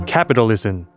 Capitalism